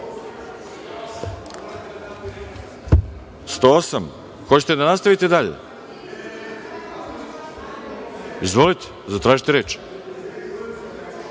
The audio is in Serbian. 108? Hoćete li da nastavite dalje? Izvolite, zatražite reč.